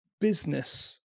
business